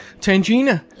Tangina